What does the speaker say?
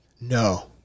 No